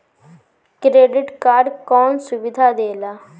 Credit card कौन सुबिधा देला?